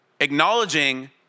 Acknowledging